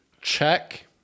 check